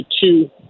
two